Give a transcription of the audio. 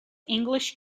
english